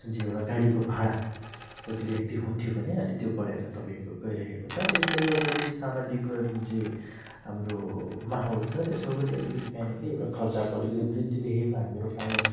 जुन चाहिँ एउटा गाडीको भाडा प्रति व्यक्ति हुन्थ्यो भने अहिले त्यो बढेर तपाईँको गइरहेको छ र यसले गर्दाखेरि सामाजिक जुन चाहिँ हाम्रो माहोल छ त्यसमा पनि अलिकति काहीँ न काहीँ एउटा खर्चको अलिकति वृद्धि देखेको हामीहरू पाइन्छ